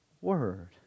Word